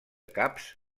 caps